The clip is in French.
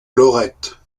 lorette